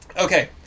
Okay